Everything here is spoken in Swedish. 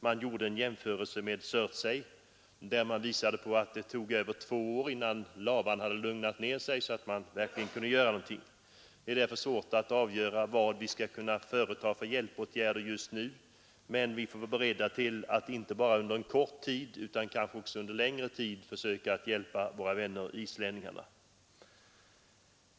Man gjorde en jämförelse med Surtsey, där man visade på att det tog över två år innan lavan hade nått ett sådant tillstånd att man verkligen kunde göra någonting. Det är därför svårt att avgöra vilka hjälpåtgärder vi skall kunna vidta just nu, men vi får vara beredda att inte bara under kort tid utan kanske också under längre tid försöka hjälpa våra vänner islänningarna.